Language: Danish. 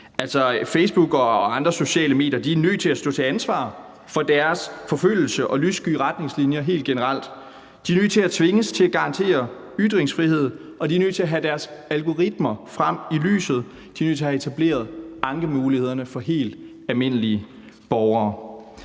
Facebook og andre sociale medier er nødt til at stå til ansvar for deres forfølgelse og lyssky retningslinjer helt generelt. De er nødt til at tvinges til at garantere ytringsfrihed, og de er nødt til at få deres algoritmer frem i lyset. De er nødt til at få etableret ankemulighederne for helt almindelige borgere.